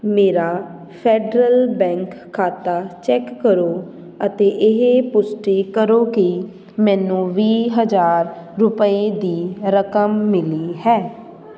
ਮੇਰਾ federal bank ਖਾਤਾ check ਕਰੋ ਅਤੇ ਇਹ ਪੁਸ਼ਟੀ ਕਰੋ ਕਿ ਮੈਨੂੰ ਵੀਹ ਹਜ਼ਾਰ ਰੁਪਏ ਦੀ ਰਕਮ ਮਿਲੀ ਹੈ